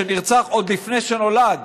שנרצח עוד לפני שנולד,